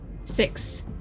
Six